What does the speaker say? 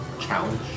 challenge